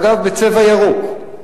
אגב בצבע ירוק.